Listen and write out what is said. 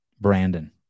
Brandon